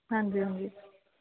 ਹਾਂਜੀ ਹਾਂਜੀ